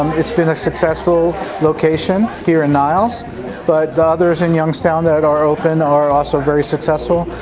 um it's been a successful location here in niles but others in youngstown that are open are also very successful.